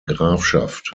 grafschaft